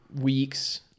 weeks